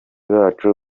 bacu